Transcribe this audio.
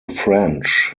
french